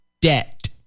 Debt